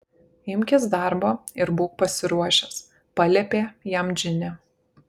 imkis darbo ir būk pasiruošęs paliepė jam džinė